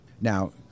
Now